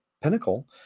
Pinnacle